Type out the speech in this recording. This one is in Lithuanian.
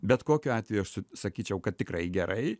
bet kokiu atveju aš sakyčiau kad tikrai gerai